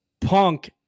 Punk